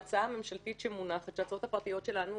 ההצעה הממשלתית שמונחת כשההצעות הפרטיות שלנו